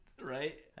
right